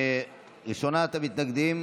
ראשונת המתנגדים,